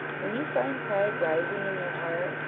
when you find pride rising in your heart,